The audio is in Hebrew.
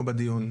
או בדיון?